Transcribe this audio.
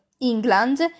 England